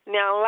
Now